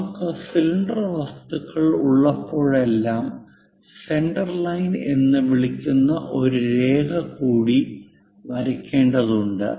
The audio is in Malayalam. നമുക്ക് സിലിണ്ടർ വസ്തുക്കൾ ഉള്ളപ്പോഴെല്ലാം സെന്റർലൈൻ എന്ന് വിളിക്കുന്ന ഒരു രേഖ കൂടി വരക്കേണ്ടതുണ്ട്